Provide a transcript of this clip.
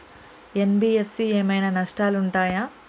NBFC ఏమైనా నష్టాలు ఉంటయా?